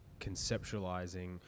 conceptualizing